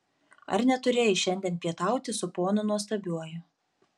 ar neturėjai šiandien pietauti su ponu nuostabiuoju